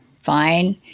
Fine